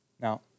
Now